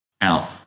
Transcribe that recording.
out